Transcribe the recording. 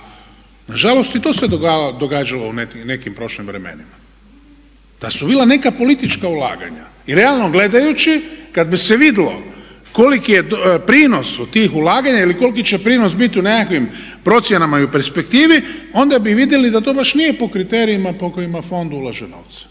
nažalost i to se događalo u nekim prošlim vremenima, da su bila neka politička ulaganja. I realno gledajući kad bi se vidjelo koliki je prinos od tih ulaganja ili koliki će prinos biti u nekakvim procjenama i u perspektivi onda bi vidjeli da to baš nije po kriterijima po kojima fond ulaže novce.